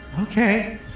Okay